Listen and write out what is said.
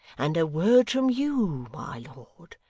and a word from you, my lord,